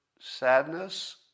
sadness